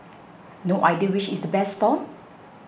no idea which is the best stall